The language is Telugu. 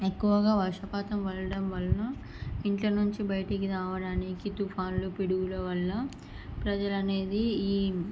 ఎక్కువగా వర్షపాతం పడడం వలన ఇంట్లో నుంచి బయటకు రావడానికి తుఫాన్లు పిడుగుల వల్ల ప్రజలు అనేది ఈ